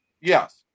Yes